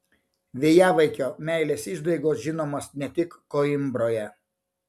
vėjavaikio meilės išdaigos žinomos ne tik koimbroje